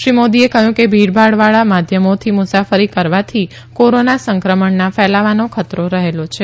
શ્રી મોદીએ કહ્યું કે ભીડભાડવાળા માધ્યમોથી મુસાફરી કરવાથી કોરોના સંક્રમણના ફેલાવાનો ખતરો રહેલો છે